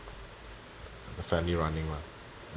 the family running lah